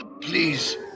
please